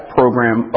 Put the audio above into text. program